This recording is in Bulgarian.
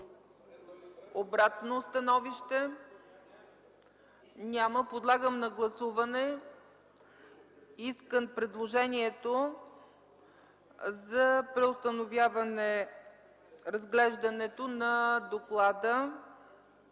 Обратно становище? Няма. Подлагам на гласуване предложението за преустановяване разглеждането на доклада